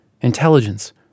intelligence